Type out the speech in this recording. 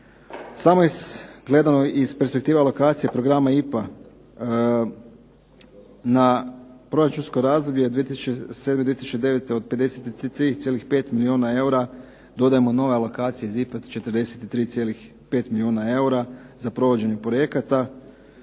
Samo gledano iz perspektive alokacije programa IPA na proračunsko razdoblje 2007./2009. od 53,5 milijuna eura dodajemo nove alokacije iz IPA-e od 43,5 milijuna eura za provođenje projekata.